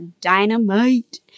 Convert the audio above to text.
Dynamite